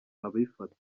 abifata